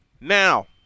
Now